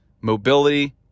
mobility